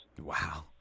Wow